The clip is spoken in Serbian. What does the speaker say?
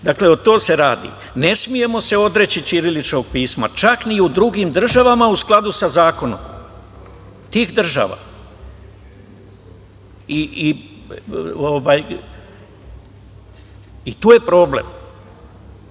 Dakle, o tome se radi. Ne smemo se odreći ćiriličkog pisma čak ni u drugim državama u skladu sa zakonom tih država. Tu je problem. Ako